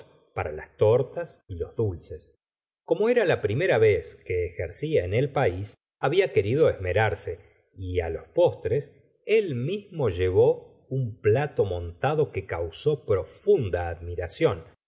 para las tortas y los dulces como era la primera vez que ejercía en el país habla querido esmerarse y los postres él mismo llevó un plato montado que causó profunda admiración